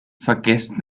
vergesst